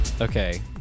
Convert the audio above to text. Okay